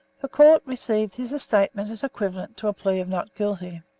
the court received his statement as equivalent to a plea of not guilty.